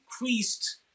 increased